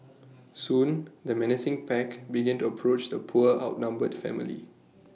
soon the menacing pack began to approach the poor outnumbered family